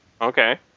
Okay